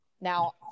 Now